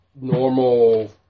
normal